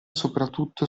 soprattutto